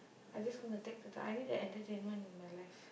I just want to take the dog I need the entertainment in my life